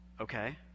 Okay